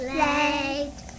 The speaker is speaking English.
legs